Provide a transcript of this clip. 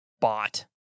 bought